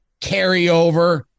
carryover